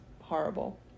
horrible